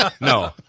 No